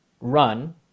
run